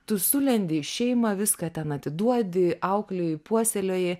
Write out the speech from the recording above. tu sulendi į šeimą viską ten atiduodi auklėji puoselėji